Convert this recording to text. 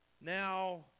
Now